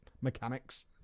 mechanics